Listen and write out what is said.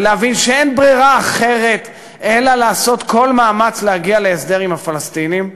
ולהבין שאין ברירה אחרת אלא לעשות כל מאמץ להגיע להסדר עם הפלסטינים.